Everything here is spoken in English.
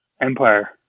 Empire